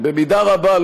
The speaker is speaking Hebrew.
במידה רבה,